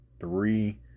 Three